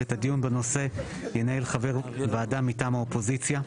את הדיון בנושא ינהל חבר ועדה מטעם האופוזיציה'.